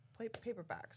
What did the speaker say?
paperbacks